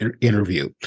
interview